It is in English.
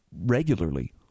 regularly